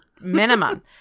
Minimum